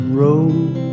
road